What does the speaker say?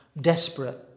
desperate